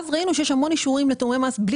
ראינו שיש המון אישורים לתיאומי מס בלי